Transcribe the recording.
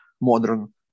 modern